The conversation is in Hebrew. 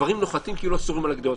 הדברים נוחתים כאילו הסורים על הגדרות.